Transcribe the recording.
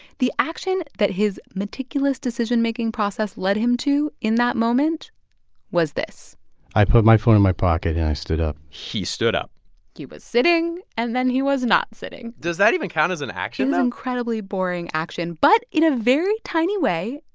the action that his meticulous decision-making process led him to in that moment was this i put my phone in my pocket, and i stood up he stood up he was sitting, and then he was not sitting does that even count as an action? it um is boring action. but in a very tiny way,